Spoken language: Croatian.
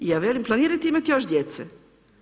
I ja velim, planirate imati još djece?